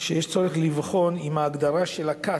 שיש צורך לבחון אם ההגדרה של הכת,